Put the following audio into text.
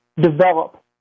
develop